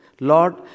Lord